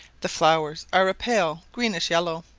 the flowers are a pale greenish yellow.